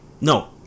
No